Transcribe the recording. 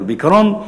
אבל בעיקרון,